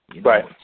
Right